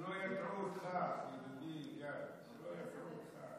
שלא יטעו אותך, ידידי גדי, שלא יטעו אותך.